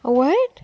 alright